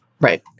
right